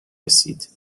رسید